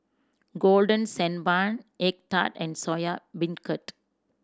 Golden Sand Bun egg tart and Soya Beancurd